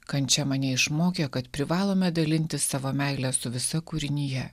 kančia mane išmokė kad privalome dalintis savo meile su visa kūrinija